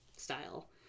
style